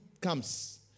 comes